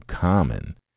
common